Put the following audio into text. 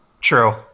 True